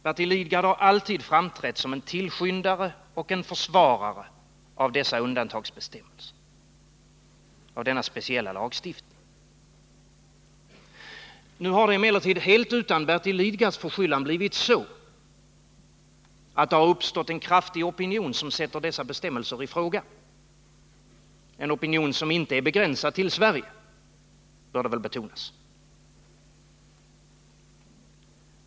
Bertil Lidgard har alltid framträtt som en tillskyndare och en försvarare av dessa undantagsbestämmelser, av denna speciallagstiftning. Nu har det emellertid helt utan Bertil Lidgards förskyllan blivit så, att det har uppstått en kraftig opinion som sätter dessa bestämmelser i fråga — en opinion som inte är begränsad till Sverige, bör det väl betonas.